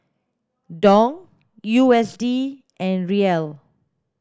Dong U S D and Riel